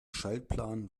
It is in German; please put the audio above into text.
schaltplan